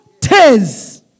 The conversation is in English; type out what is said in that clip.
tears